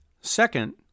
Second